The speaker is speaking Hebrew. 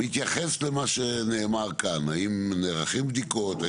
בהתייחס למה שנאמר כאן, האם נערכות בדיקות?